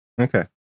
Okay